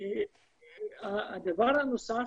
הדבר הנוסף,